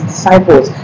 disciples